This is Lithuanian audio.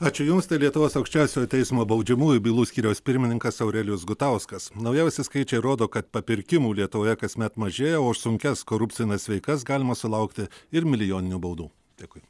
ačiū jums tai lietuvos aukščiausiojo teismo baudžiamųjų bylų skyriaus pirmininkas aurelijus gutauskas naujausi skaičiai rodo kad papirkimų lietuvoje kasmet mažėja o už sunkias korupcines veikas galima sulaukti ir milijoninių baudų dėkui